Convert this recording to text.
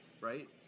right